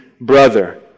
brother